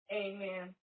amen